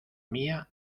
mía